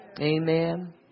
amen